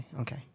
okay